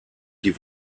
die